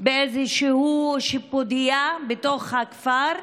באיזושהי שיפודיה בתוך הכפר,